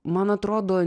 man atrodo